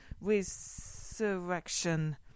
resurrection